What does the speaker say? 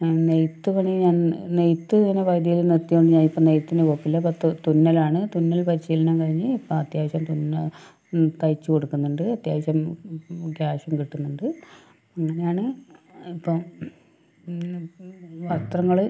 നെയ്ത്ത് പണി ഞാൻ നെയ്ത്ത് അങ്ങനെ വലിയ നിവർത്തിയൊന്നും ഞാൻ ഇപ്പോൾ നെയ്ത്തിനു പോക്കില്ല ഇപ്പം തുന്നലാണ് തുന്നൽ പരിശീലനം കഴിഞ്ഞ് ഇപ്പം അത്യാവശ്യം തുന്നൽ തയ്ച്ചു കൊടുക്കുന്നുണ്ട് അത്യാവശ്യം ക്യാഷും കിട്ടുന്നുണ്ട് അങ്ങനെയാണ് ഇപ്പം പത്രങ്ങൾ